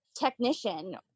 technician